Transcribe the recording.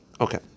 Okay